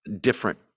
different